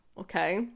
okay